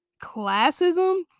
classism